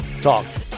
talked